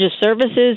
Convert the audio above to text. services